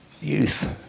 youth